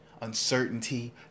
uncertainty